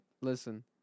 Listen